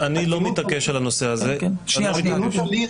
אני לא יודע אם האזנת לדבריו של היועץ המשפטי.